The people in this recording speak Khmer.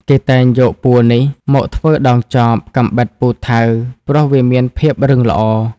គេតែងយកពួរនេះមកធ្វើដងចប កាំបិត ពូថៅ... ព្រោះវាមានភាពរឹងល្អ។